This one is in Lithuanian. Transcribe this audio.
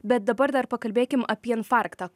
bet dabar dar pakalbėkim apie infarktą